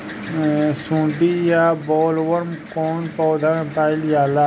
सुंडी या बॉलवर्म कौन पौधा में पाइल जाला?